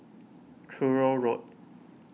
Truro Road